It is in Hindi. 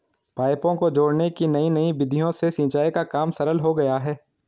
पाइपों को जोड़ने की नयी नयी विधियों से सिंचाई का काम सरल हो गया है